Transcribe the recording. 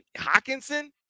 Hawkinson